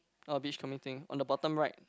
orh beach coming thing on the bottom right